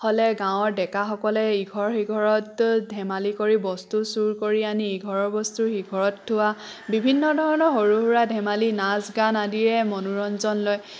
হ'লে গাঁৱৰ ডেকাসকলে ইঘৰ সিঘৰত ধেমালি কৰি বস্তু চুৰ কৰি আনি ইঘৰৰ বস্তু সিঘৰত থোৱা বিভিন্ন ধৰণৰ সৰু সুৰা ধেমালি নাচ গান আদিয়ে মনোৰঞ্জন লয়